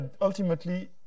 ultimately